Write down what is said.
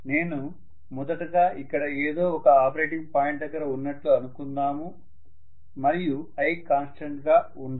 నేను మొదటగా ఇక్కడ ఏదో ఒక ఆపరేటింగ్ పాయింట్ దగ్గర ఉన్నట్లు అనుకుందాము మరియు i కాన్స్టంట్ గా ఉండదు